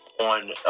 on